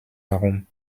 darum